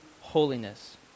holiness